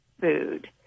food